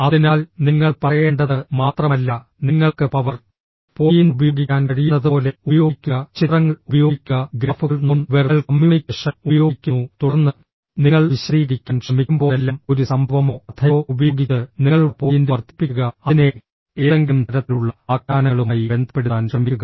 അതിനാൽ നിങ്ങൾ പറയേണ്ടത് മാത്രമല്ല നിങ്ങൾക്ക് പവർ പോയിന്റ് ഉപയോഗിക്കാൻ കഴിയുന്നതുപോലെ ഉപയോഗിക്കുക ചിത്രങ്ങൾ ഉപയോഗിക്കുക ഗ്രാഫുകൾ നോൺ വെർബൽ കമ്മ്യൂണിക്കേഷൻ ഉപയോഗിക്കുന്നു തുടർന്ന് നിങ്ങൾ വിശദീകരിക്കാൻ ശ്രമിക്കുമ്പോഴെല്ലാം ഒരു സംഭവമോ കഥയോ ഉപയോഗിച്ച് നിങ്ങളുടെ പോയിന്റ് വർദ്ധിപ്പിക്കുക അതിനെ ഏതെങ്കിലും തരത്തിലുള്ള ആഖ്യാനങ്ങളുമായി ബന്ധപ്പെടുത്താൻ ശ്രമിക്കുക